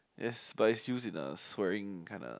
yes but it's use in a swearing kind a